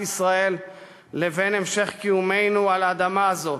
ישראל לבין המשך קיומנו על האדמה הזאת,